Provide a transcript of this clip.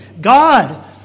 God